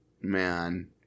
Man